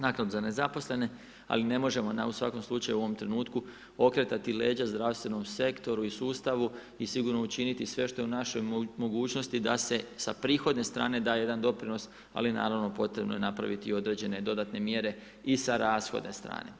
Naknadu za nezaposlene, ali ne možemo u svakom slučaju u ovom trenutku okretati leđa zdravstvenom sektoru i sustavu i sigurno učiniti sve što je u našoj mogućnosti da se sa prihodne strane daje jedan doprinos ali naravno, potrebno je napraviti i određene dodatne mjere i sa rashodne strane.